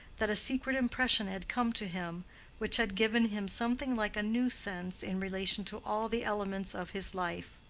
that a secret impression had come to him which had given him something like a new sense in relation to all the elements of his life.